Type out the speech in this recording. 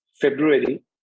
February